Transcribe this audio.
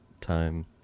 time